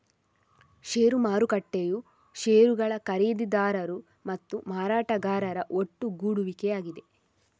ಷೇರು ಮಾರುಕಟ್ಟೆಯು ಷೇರುಗಳ ಖರೀದಿದಾರರು ಮತ್ತು ಮಾರಾಟಗಾರರ ಒಟ್ಟುಗೂಡುವಿಕೆಯಾಗಿದೆ